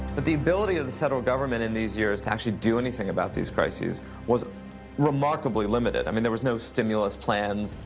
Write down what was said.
the ability of the federal government in these years to actually do anything about theses crises was remarkably limited. i mean there was no stimulus plans.